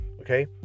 okay